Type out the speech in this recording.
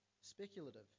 speculative